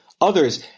others